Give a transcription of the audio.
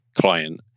client